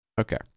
Okay